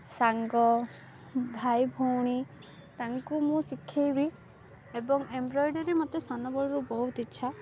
ସାଙ୍ଗ ଭାଇ ଭଉଣୀ ତାଙ୍କୁ ମୁଁ ଶିଖାଇବି ଏବଂ ଏମ୍ବ୍ରଏଡ଼ରୀ ମୋତେ ସାନ ବେଳରୁ ବହୁତ ଇଚ୍ଛା